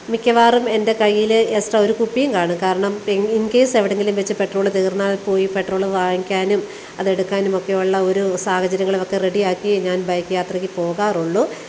മിക്കവാറും എൻ്റെ കയ്യിൽ എക്സ്ട്രാ ഒരു കുപ്പിയും കാണും കാരണം ഇപ്പം ഇൻകേസ് എവിടെയെങ്കിലും വെച്ച് പെട്രോൾ തീർന്നാൽ പോയി പെട്രോള് വാങ്ങിക്കാനും അതെടുക്കാനുമൊക്കെയുള്ള ഒരു സാഹചര്യങ്ങളുമൊക്കെ റെഡിയാക്കി ഞാൻ ബൈക്ക് യാത്രയ്ക്ക് പോകാറുള്ളു